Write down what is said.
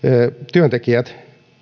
työntekijät